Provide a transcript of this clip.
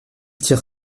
tire